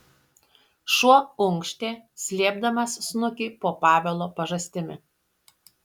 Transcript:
šuo unkštė slėpdamas snukį po pavelo pažastimi